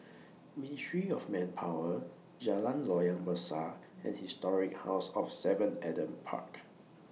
Ministry of Manpower Jalan Loyang Besar and Historic House of seven Adam Park